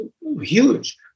huge